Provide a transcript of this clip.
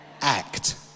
act